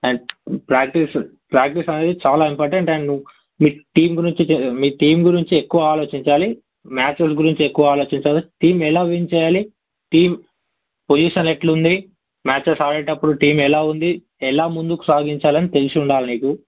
and practice practice అనేది చాలా important and మీ టీం గురించి మీ టీం గురించి ఎక్కువ ఆలోచించాలి మ్యాచెస్ గురించి ఎక్కువ ఆలోచించాలి టీం ఎలా విన్ చెయ్యాలి టీం పొజిషన్ ఎలా ఉంది మ్యాచెస్ ఆడేటప్పుడు టీం ఎలా ఉంది ఎలా ముందుకు సాగించాలి అని తెలిసి ఉండాలి నీకు